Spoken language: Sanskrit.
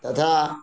तथा